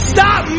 Stop